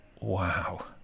wow